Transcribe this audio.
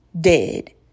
dead